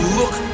look